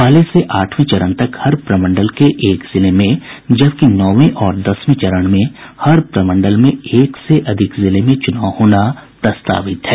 पहले से आठवें चरण तक हर प्रमंडल के एक जिले में जबकि नौवें और दसवें चरण में हर प्रमंडल में एक से अधिक जिले में चुनाव होना प्रस्तावित है